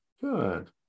Good